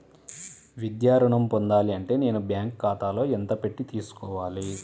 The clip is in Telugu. విద్యా ఋణం పొందాలి అంటే నేను బ్యాంకు ఖాతాలో ఎంత పెట్టి తీసుకోవాలి?